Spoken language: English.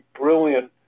brilliant